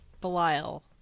Belial